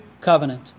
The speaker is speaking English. covenant